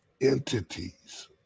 entities